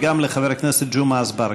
וגם לחבר הכנסת ג'מעה אזברגה.